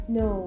no